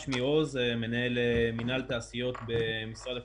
שמי עוז, מנהל מינהל תעשיות במשרד הכלכלה.